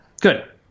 good